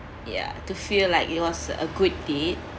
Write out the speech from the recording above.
ya to feel like it was a good deed